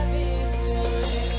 victory